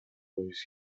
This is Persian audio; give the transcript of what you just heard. پائیز